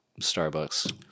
Starbucks